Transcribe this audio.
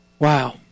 Wow